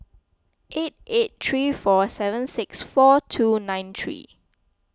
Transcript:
eight eight three four seven six four two nine three